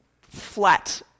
flat